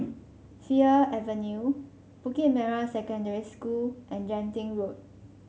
Fir Avenue Bukit Merah Secondary School and Genting Road